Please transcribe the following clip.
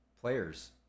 players